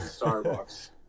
Starbucks